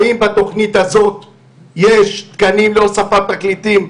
האם בתוכנית הזאת יש תקנים להוספת פרקליטים,